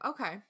Okay